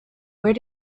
where